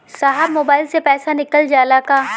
साहब मोबाइल से पैसा निकल जाला का?